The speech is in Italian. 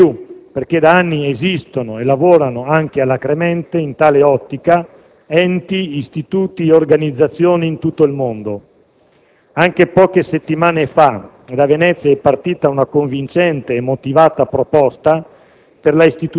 Dirò di più, perché da anni esistono e lavorano anche alacremente in tale ottica, enti, istituti e organizzazioni in tutto il mondo. Anche poche settimane fa, da Venezia è partita una convincente e motivata proposta